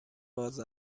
باز